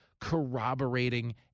corroborating